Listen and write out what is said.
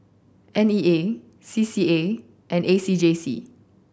N E A C C A and A C J C